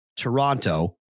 Toronto